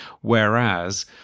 whereas